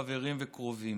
חברים וקרובים.